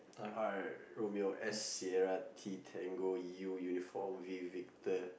R romeo S Sierra T tango U uniform V victor